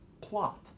plot